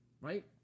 Right